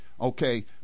okay